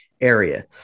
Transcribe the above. area